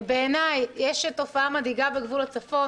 בעיניי, יש תופעה מדאיגה בגבול הצפון.